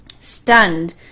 Stunned